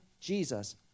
Jesus